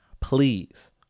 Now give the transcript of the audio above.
Please